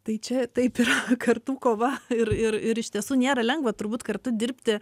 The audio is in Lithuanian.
tai čia taip yra kartų kova ir ir ir iš tiesų nėra lengva turbūt kartu dirbti